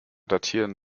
datieren